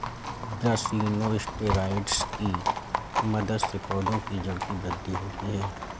brassinosteroids की मदद से पौधों की जड़ की वृद्धि होती है